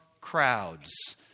crowds